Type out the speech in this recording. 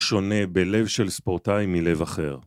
שונה בלב של ספורטאי מלב אחר